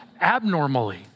abnormally